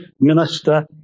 minister